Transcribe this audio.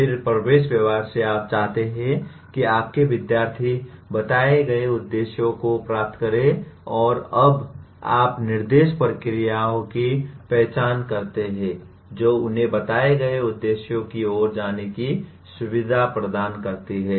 फिर प्रवेश व्यवहार से आप चाहते हैं कि आपके विद्यार्थी बताए गए उद्देश्यों को प्राप्त करें और अब आप निर्देश प्रक्रियाओं की पहचान करते हैं जो उन्हें बताए गए उद्देश्यों की ओर जाने की सुविधा प्रदान करती हैं